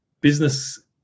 business